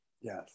Yes